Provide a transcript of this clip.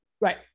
Right